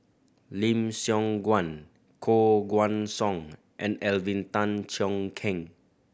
Lim Siong Guan Koh Guan Song and Alvin Tan Cheong Kheng